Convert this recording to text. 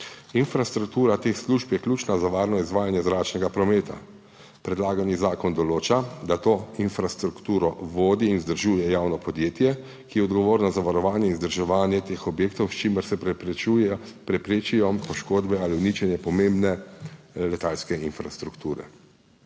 Infrastruktura teh služb je ključna za varno izvajanje zračnega prometa. Predlagani zakon določa, da to infrastrukturo vodi in vzdržuje javno podjetje, ki je odgovorno za varovanje in vzdrževanje teh objektov, s čimer se preprečijo poškodbe ali uničenje pomembne letalske infrastrukture.